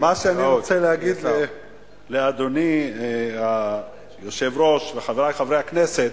מה שאני רוצה להגיד לאדוני היושב-ראש וחברי חברי הכנסת,